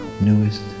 newest